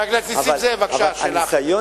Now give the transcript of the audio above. חבר הכנסת נסים זאב, בבקשה, שאלה נוספת.